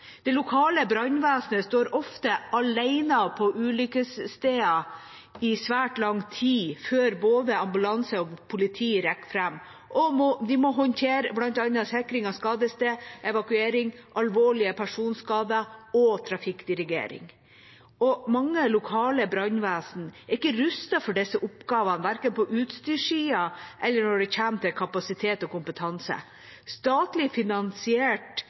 Det lokale brannvesenet står ofte alene på ulykkessteder i svært lang tid før både ambulanse og politi rekker fram, og de må håndtere bl.a. sikring av skadested, evakuering, alvorlige personskader og trafikkdirigering. Mange lokale brannvesen er ikke rustet for disse oppgavene, verken på utstyrssida eller når det kommer til kapasitet og kompetanse. Statlig finansiert